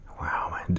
Wow